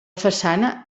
façana